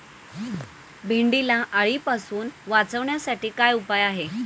भेंडीला अळीपासून वाचवण्यासाठी काय उपाय आहे?